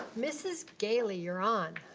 mrs. gailey, you're on.